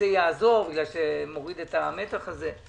יעזור כי מוריד את המתח הזה.